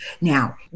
Now